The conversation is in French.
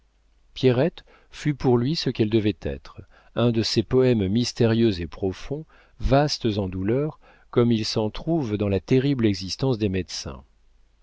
pierrette fut pour lui ce qu'elle devait être un de ces poèmes mystérieux et profonds vastes en douleurs comme il s'en trouve dans la terrible existence des médecins